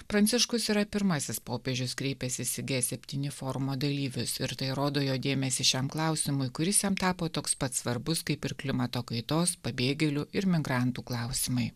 pranciškus yra pirmasis popiežius kreipęsis į g septyni forumo dalyvius ir tai rodo jo dėmesį šiam klausimui kuris jam tapo toks pat svarbus kaip ir klimato kaitos pabėgėlių ir migrantų klausimai